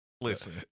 Listen